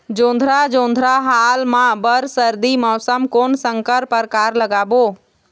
जोंधरा जोन्धरा हाल मा बर सर्दी मौसम कोन संकर परकार लगाबो?